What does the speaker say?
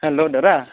hello দাদা